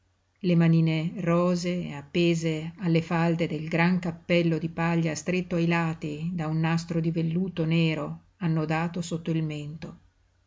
le manine rosee appese alle falde del gran cappello di paglia stretto ai lati da un nastro di velluto nero annodato sotto il mento